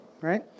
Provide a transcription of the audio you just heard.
right